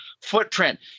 footprint